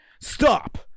stop